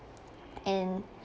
and